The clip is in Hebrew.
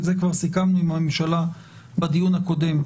את זה כבר סיכמנו עם הממשלה בדיון הקודם.